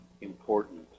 important